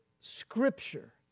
Scripture